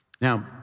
Now